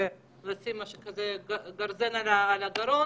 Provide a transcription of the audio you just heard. לרומם את רוחנו,